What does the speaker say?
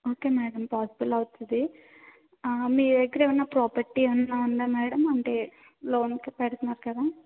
okay madam possible అవుతుంది మీ దగ్గర ఏమైనా ప్రాపర్టీ ఏమైనా ఉందా మేడం అంటే లోన్కి పెడుతున్నారు కదా